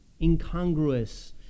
incongruous